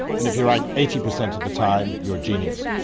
and if you're right eighty percent of the time you're a genius.